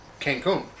Cancun